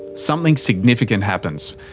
something significant happens.